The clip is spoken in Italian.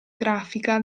grafica